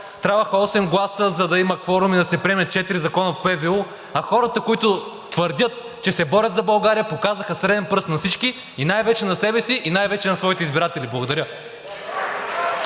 трябваха осем гласа, за да има кворум и да се приемат четири закона от ПВУ, а хората, които твърдят, че се борят за България, показаха среден пръст на всички и най-вече на себе си, и най-вече на своите избиратели. Благодаря.